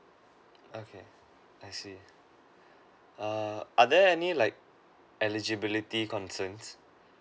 okay I see err are there any like eligibility concern